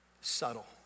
Subtle